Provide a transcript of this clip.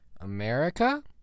america